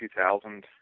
2000